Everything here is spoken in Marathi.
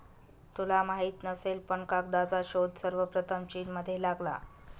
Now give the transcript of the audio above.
तुला माहित नसेल पण कागदाचा शोध सर्वप्रथम चीनमध्ये लागला